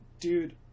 dude